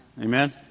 Amen